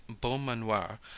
beaumanoir